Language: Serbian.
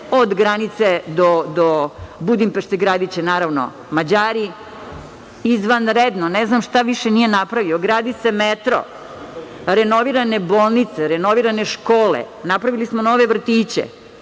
od granice do Budimpešte gradiće naravno Mađari. Izvanredno! Ne znam šta više nije napravio. Gradi se metro. Renovirane su bolnice. Renovirane su škole. Napravili smo nove vrtiće.